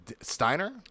Steiner